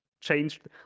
Changed